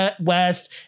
West